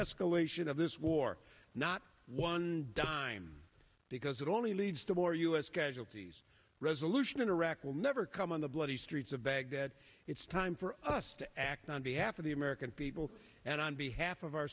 escalation of this war not one dime because it only leads to more u s casualties resolution in iraq will never come on the bloody streets of baghdad it's time for us to act on behalf of the american people and on behalf of our